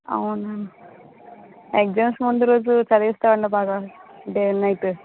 అవునా ఎగ్జామ్స్ ముందు రోజు చదివిస్తామండి బాగా డే అండ్ నైట్